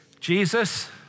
Jesus